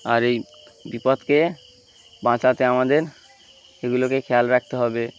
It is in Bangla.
আর এই বিপদকে বাঁচাতে আমাদের এগুলোকে খেয়াল রাখতে হবে